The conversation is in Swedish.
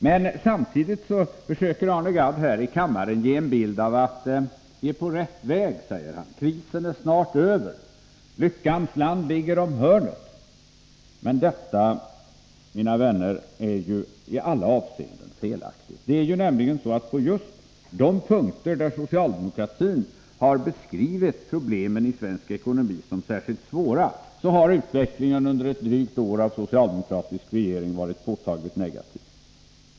Arne Gadd försöker här i kammaren samtidigt ge en bild av att vi är på rätt väg och att krisen snart är över. Lyckans land ligger om hörnet, menar Arne Gadd. Detta är i alla avseenden felaktigt. På just de punkter där socialdemokratin har beskrivit problemen i svensk ekonomi som särskilt svåra har utvecklingen under ett drygt år av socialdemokratisk regering varit påtagligt negativ.